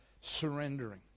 surrendering